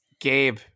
Gabe